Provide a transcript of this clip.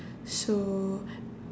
so